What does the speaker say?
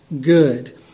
good